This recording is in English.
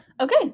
okay